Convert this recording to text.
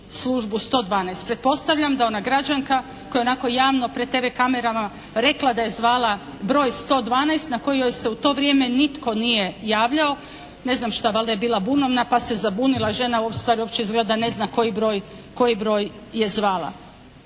službu 112. Pretpostavljam da ona građanka koja je onako javno pred TV kamerama rekla da je zvala broj 112 na koji joj se u to vrijeme nitko nije javljao. Ne znam šta, valjda je bila bunovna pa se zabunila žena. Ustvari uopće izgleda ne znam koji broj je zvala.